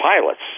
pilots